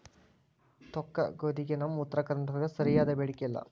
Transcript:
ತೊಕ್ಕಗೋಧಿಗೆ ನಮ್ಮ ಉತ್ತರ ಕರ್ನಾಟಕದಾಗ ಸರಿಯಾದ ಬೇಡಿಕೆ ಇಲ್ಲಾ